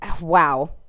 wow